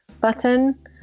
button